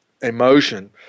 emotion